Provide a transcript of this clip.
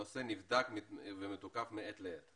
הנושא נבדק ומתוקף מעת לעת.